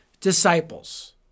disciples